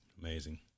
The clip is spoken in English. Amazing